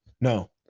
No